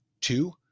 Two